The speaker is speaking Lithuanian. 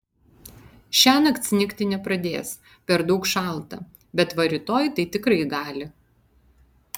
šiąnakt snigti nepradės per daug šalta bet va rytoj tai tikrai gali